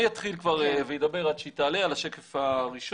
אני אתחיל כבר לדבר עד שהיא תעלה על השקף הראשון.